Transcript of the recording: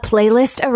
Playlist